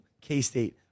K-State